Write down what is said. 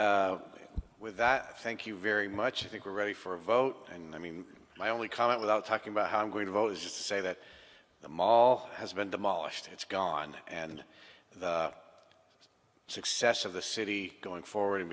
cancer with that thank you very much i think we're ready for a vote and i mean my only comment without talking about how i'm going to vote is just say that the mall has been demolished it's gone and the success of the city going forward and